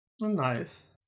Nice